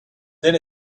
then